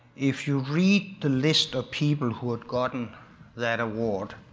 if you read the list of people who have gotten that award,